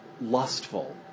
lustful